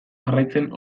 jarraitzen